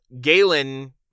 Galen